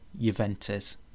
Juventus